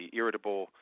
irritable